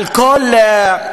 על כל הצבעה,